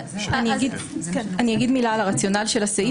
אני אומר מילה על הרציונל של הסעיף